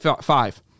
five